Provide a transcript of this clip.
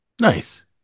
nice